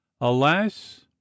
Alas